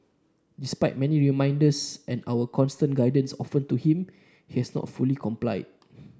despite many reminders and our constant guidance offered to him has not fully complied